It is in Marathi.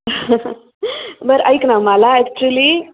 बरं ऐक ना मला ॲक्चुली